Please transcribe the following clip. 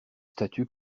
statue